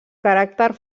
caràcter